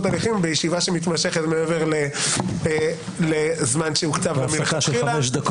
הליכים בישיבה שמתמשכת מעבר לזמן שהוקצב לה מלכתחילה,